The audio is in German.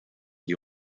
die